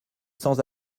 sans